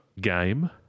game